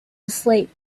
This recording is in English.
asleep